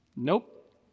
nope